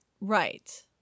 Right